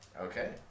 Okay